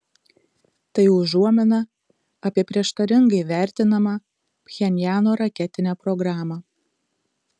tai užuomina apie prieštaringai vertinamą pchenjano raketinę programą